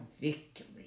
victory